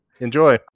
Enjoy